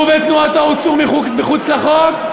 הוא ותנועתו הוצאו מחוץ לחוק,